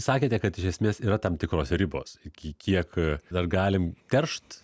sakėte kad iš esmės yra tam tikros ribos iki kiek dar galim teršt